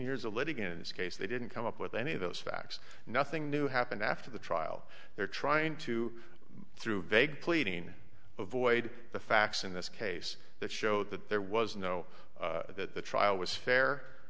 years a litigant in this case they didn't come up with any of those facts nothing new happened after the trial they're trying to through vague pleading avoid the facts in this case that showed that there was no that the trial was